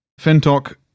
Fintok